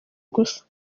gusa